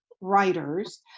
writers